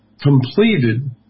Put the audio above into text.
completed